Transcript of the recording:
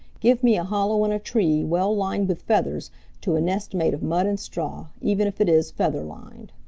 give me a hollow in a tree well lined with feathers to a nest made of mud and straw, even if it is feather-lined.